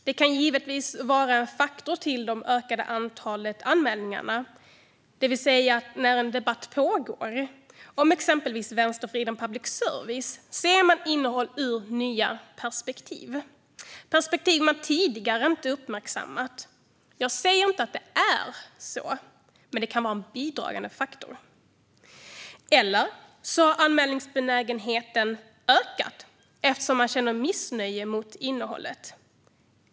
Det kan givetvis vara en faktor som bidragit till det ökande antalet anmälningar, det vill säga att när en debatt pågår om exempelvis vänstervridet public service ser man innehåll ur nya perspektiv, perspektiv man tidigare inte uppmärksammat. Jag säger inte att det är så, men det kan vara en bidragande faktor. Eller så har anmälningsbenägenheten ökat eftersom man känner missnöje mot innehållet.